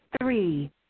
Three